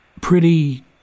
Pretty